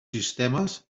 sistemes